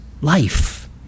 life